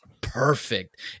perfect